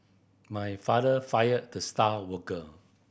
my father fired the star worker